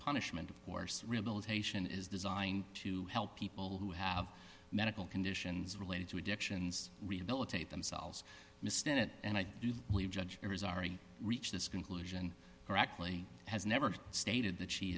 punishment of course rehabilitation is designed to help people who have medical conditions related to addictions rehabilitate themselves missed it and i do believe judge has already reached this conclusion correctly has never stated that she